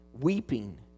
weeping